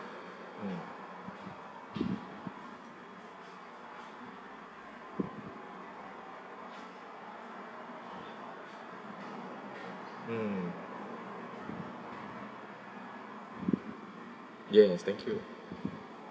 mm mm yes thank you